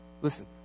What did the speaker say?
Listen